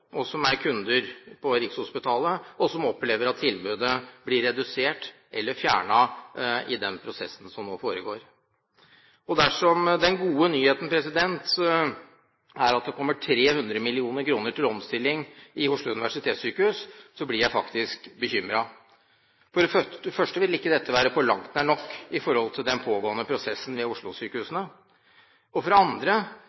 kunder på Rikshospitalet, og som opplever at tilbudet blir redusert eller fjernet i den prosessen som nå foregår. Dersom den gode nyheten er at det kommer 300 mill. kr til omstillingen i Oslo universitetssykehus, blir jeg faktisk bekymret. For det første ville ikke dette være på langt nær nok i forhold til den pågående prosessen ved